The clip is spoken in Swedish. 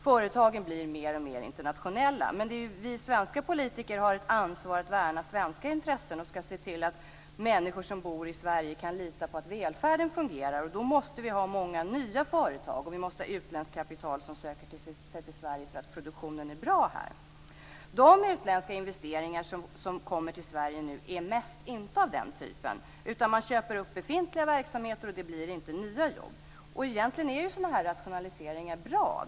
Företagen blir mer och mer internationella. Men vi svenska politiker har ett ansvar att värna svenska intressen. Vi skall se till att människor som bor i Sverige kan lita på att välfärden fungerar, och då måste vi ha många nya företag. Vi måste också ha utländskt kapital som söker sig till Sverige för att produktionen är bra här. De utländska investeringar som kommer till Sverige nu är för det mesta inte av den typen. Man köper upp befintliga verksamheter, och det blir inte nya jobb. Egentligen är ju sådana här rationaliseringar bra.